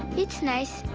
it's nice,